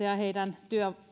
ja heidän työnsä